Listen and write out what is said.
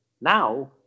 Now